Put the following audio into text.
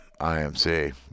imc